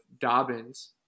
Dobbins